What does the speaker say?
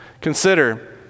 Consider